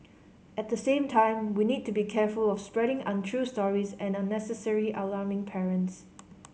at the same time we need to be careful of spreading untrue stories and unnecessarily alarming parents